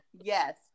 Yes